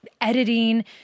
Editing